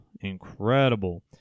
Incredible